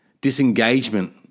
Disengagement